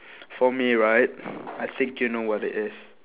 for me right I think you know what it is